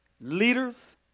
leaders